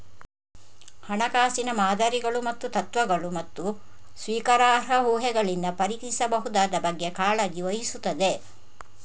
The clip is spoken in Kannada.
ಹಣಕಾಸಿನ ಮಾದರಿಗಳು ಮತ್ತು ತತ್ವಗಳು, ಮತ್ತು ಸ್ವೀಕಾರಾರ್ಹ ಊಹೆಗಳಿಂದ ಪರೀಕ್ಷಿಸಬಹುದಾದ ಬಗ್ಗೆ ಕಾಳಜಿ ವಹಿಸುತ್ತದೆ